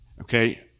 okay